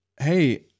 hey